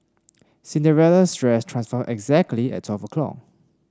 Cinderella's dress transformed exactly at twelve o'clock